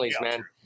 man